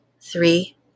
three